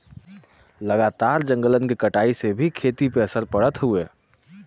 लगातार जंगलन के कटाई से भी खेती पे असर पड़त हउवे